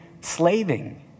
slaving